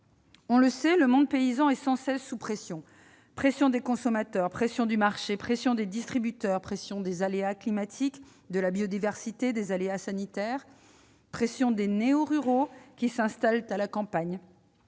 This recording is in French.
On le sait, le monde paysan est sans cesse sous pression. Pression des consommateurs, pression du marché, pression des distributeurs, pression des aléas climatiques, de la biodiversité et des aléas sanitaires, pression des néo-ruraux qui s'installent à la campagne